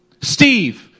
Steve